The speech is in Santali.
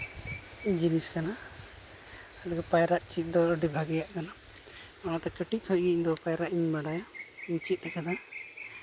ᱡᱤᱱᱤᱥ ᱠᱟᱱᱟ ᱯᱟᱭᱨᱟᱜ ᱪᱮᱫ ᱫᱚ ᱟᱹᱰᱤ ᱵᱷᱟᱜᱮᱭᱟᱜ ᱠᱟᱱᱟ ᱚᱱᱟᱛᱮ ᱠᱟᱹᱴᱤᱡ ᱠᱷᱚᱱᱜᱮ ᱤᱧᱫᱚ ᱯᱟᱭᱨᱟᱜ ᱤᱧ ᱵᱟᱲᱟᱭᱟ ᱤᱧ ᱪᱮᱫ ᱠᱟᱫᱟ